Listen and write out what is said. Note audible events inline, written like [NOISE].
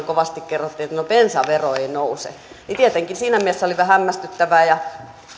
[UNINTELLIGIBLE] kovasti kerrottiin että no bensavero ei nouse tietenkin siinä mielessä oli hämmästyttävää ja